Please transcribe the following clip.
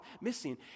missing